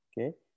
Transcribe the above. okay